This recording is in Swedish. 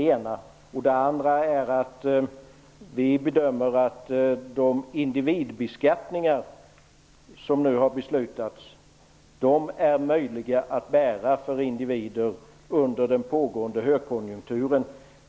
För det andra bedömer vi att de individbeskattningar som nu har beslutats är möjliga att bära för individer under den pågående högkonjunkturen.